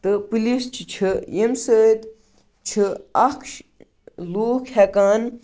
تہٕ پُلیٖس چھِ چھِ ییٚمہِ سۭتۍ چھِ اَکھ لوٗکھ ہٮ۪کان